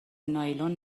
نایلون